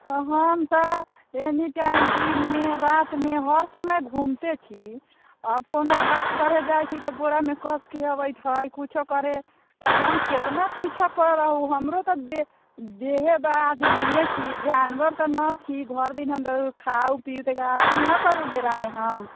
तऽ हम तऽ एनी टाइम दिनमे रातिमे हर समय घुमिते छी आओर कोनो घास गढ़ै जाइ छी तऽ बोरामे कसिके आबैत हइ किछु करै तऽ हम कतना पीछा करब हमरो तऽ देहे बा आदमिए छी जानवर तऽ नहि छी भरि दिन हम रहू खाउ पिउ तकर बाद आराम नहि करू डेरामे हम